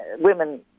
Women